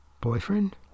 boyfriend